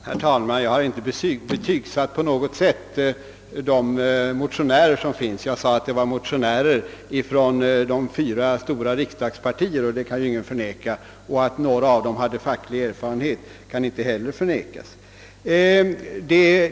Herr talman! Jag har inte på något sätt betygsatt motionärerna i detta ärende. Jag har endast sagt att motionärerna tillhör de fyra stora riksdagspartierna, vilket ingen kan förneka. Att några av dem har facklig erfarenhet kan inte heller förnekas.